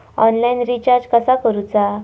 Online recharge कसा करूचा?